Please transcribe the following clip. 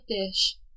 dish